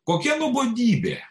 kokia nuobodybė